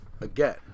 again